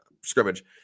scrimmage